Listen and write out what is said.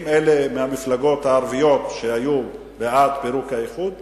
עם אלה מהמפלגות הערביות שהיו בעד פירוק האיחוד,